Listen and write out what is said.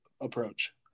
approach